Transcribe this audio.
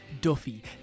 Duffy